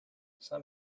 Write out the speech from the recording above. some